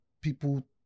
people